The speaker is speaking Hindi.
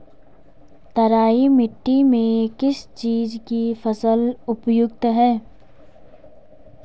तराई मिट्टी में किस चीज़ की फसल उपयुक्त है?